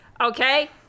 Okay